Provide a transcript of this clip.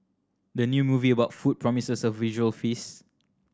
the new movie about food promises a visual feast